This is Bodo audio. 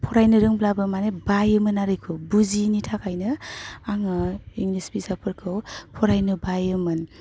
फरायनो रोंब्लाबो माने बायोमोन आरो बेखौ बुजियैनि थाखायनो आङो इंलिस बिजाबफोरखौ फरायनो बायोमोन